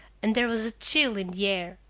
and there was a chill in the air.